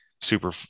super